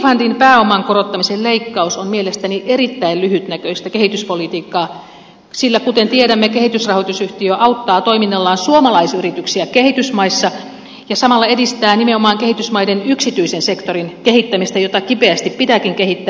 finnfundin pääoman korottamisen leikkaus on mielestäni erittäin lyhytnäköistä kehityspolitiikkaa sillä kuten tiedämme kehitysrahoitusyhtiö auttaa toiminnallaan suomalaisyrityksiä kehitysmaissa ja samalla edistää nimenomaan kehitysmaiden yksityisen sektorin kehittämistä jota kipeästi pitääkin kehittää